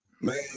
man